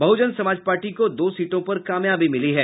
बहुजन Samaj party को दो सीटों पर कामयाबी मिली है